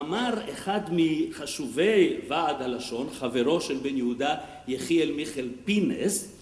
אמר אחד מחשובי ועד הלשון, חברו של בן יהודה, יחיאל מיכל פינס